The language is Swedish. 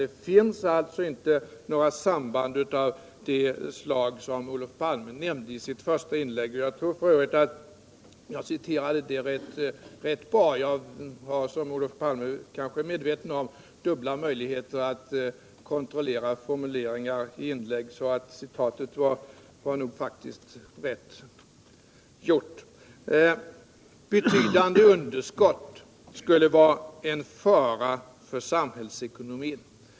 Det finns alltså inte några samband av det slag som Olof Palme nämnde i sitt första inlägg. Jag tror f. ö. att jag citerat honom rätt bra. Som Olof Palme kanske är medveten om har jag dubbla möjligheter att kontrollera formuleringar i inlägg, så citatet var nog faktiskt riktigt. Betydande underskott skulle vara en fara för samhällsekonomin.